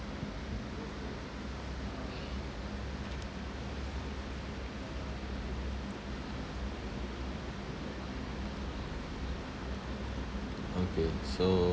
okay so